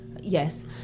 Yes